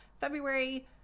February